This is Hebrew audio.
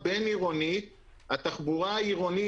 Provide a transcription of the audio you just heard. בירושלים בעיקר,